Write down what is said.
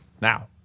now